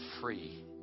free